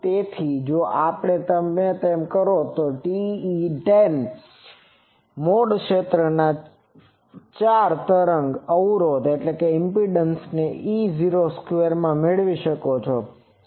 તેથી આ જો તમે કરો તો તમે TE10 મોડ ક્ષેત્રના 4 તરંગ અવરોધને E0² માં મેળવી શકો છો